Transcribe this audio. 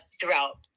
throughout